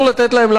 באה המשטרה,